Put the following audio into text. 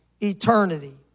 eternity